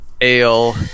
ale